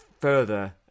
further